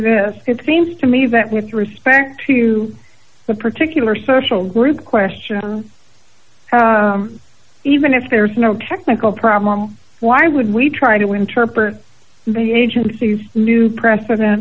could seems to me that with respect to the particular social group question even if there is no technical problem why would we try to interpret the agency's new precedents